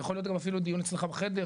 זה יכול להיות גם אפילו דיון אצלך בחדר,